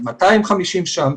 250 שם,